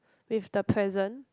with the present